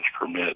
permit